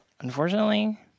Unfortunately